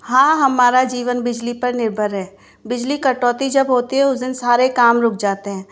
हाँ हमारा जीवन बिजली पर निर्भर है बिजली कटौती जब होती है उस दिन सारे काम रुक जाते हैं